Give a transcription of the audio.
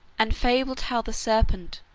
and fabled how the serpent,